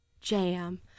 Jam